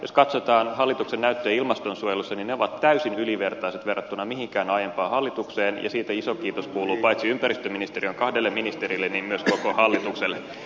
jos katsotaan hallituksen näyttöjä ilmastonsuojelussa niin ne ovat täysin ylivertaiset verrattuna mihinkään aiempaan hallitukseen ja siitä iso kiitos kuuluu paitsi ympäristöministeriön kahdelle ministerille niin myös koko hallitukselle